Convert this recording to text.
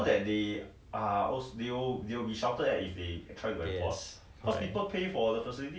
不是 eh this kind of thing like the security guard also understand lah 你玩打篮球不是要有十个人:ni wan da lan qiu bu shi yao youshi ge ren